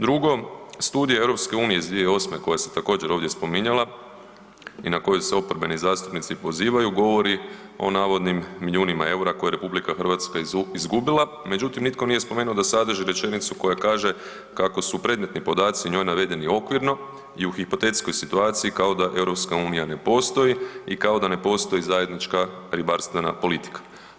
Drugo, Studija EU iz 2008. koja se također ovdje spominjala i na koju se oporbeni zastupnici pozivaju govori o navodnim milijunima eura koje je RH izgubila, međutim nitko nije spomenuo da sadrži rečenicu koja kaže kako su predmetni podaci u njoj navedeni okvirno i u hipotetskoj situaciji kao da EU ne postoji i kao da ne postoji zajednička ribarstvena politika.